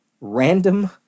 random